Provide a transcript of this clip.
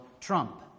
Trump